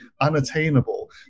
unattainable